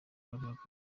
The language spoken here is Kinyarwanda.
abihakana